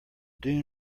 dune